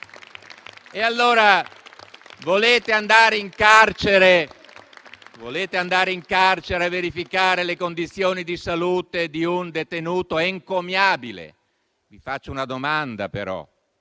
Volete andare in carcere a verificare le condizioni di salute di un detenuto? È encomiabile, ma vi faccio una domanda: una